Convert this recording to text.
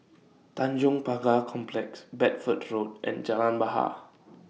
Tanjong Pagar Complex Bedford Road and Jalan Bahar